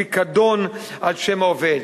פיקדון על שם העובד.